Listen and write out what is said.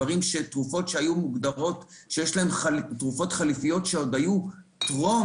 תרופות שהיו מוגדרות שיש להן תרופות חליפיות שעוד היו טרום